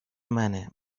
منه